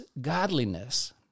godliness